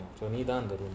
she only done the room